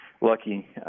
lucky